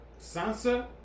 Sansa